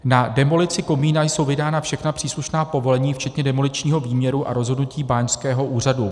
Na demolici komína jsou vydána všechna příslušná povolení včetně demoličního výměru a rozhodnutí báňského úřadu.